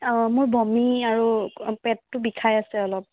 অঁ মোৰ বমি আৰু পেটটো বিষাই আছে অলপ